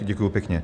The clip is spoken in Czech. Děkuji pěkně.